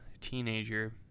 teenager